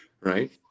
right